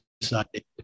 decided